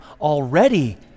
already